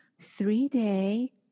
three-day